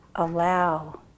Allow